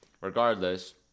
Regardless